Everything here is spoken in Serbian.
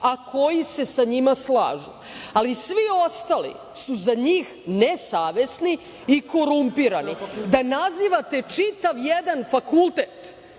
a koji se sa njima slažu“. Svi ostali su za njih nesavesni i korumpirani. Da nazivate čitav jedan fakultet